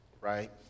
Right